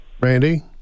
Randy